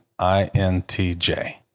INTJ